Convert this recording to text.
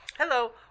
Hello